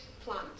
plant